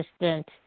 assistant